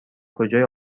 کجای